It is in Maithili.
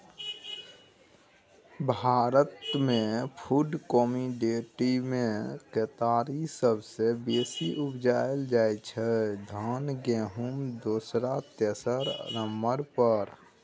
भारतमे फुड कमोडिटीमे केतारी सबसँ बेसी उपजाएल जाइ छै धान गहुँम दोसर तेसर नंबर पर